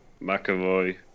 McAvoy